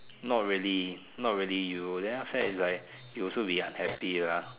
not really not really you then after that you will also be unhappy lah